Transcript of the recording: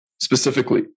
specifically